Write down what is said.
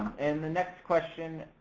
and the next question